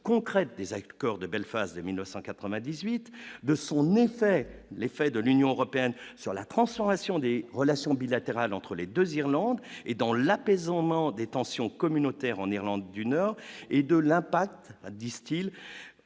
concrète des accords de belles phases de 1998 de son effet, l'effet de l'Union européenne sur la transformation des relations bilatérales entre les 2 Irlande et dans la présents au moment des tensions communautaires en Irlande du Nord et de l'impact distille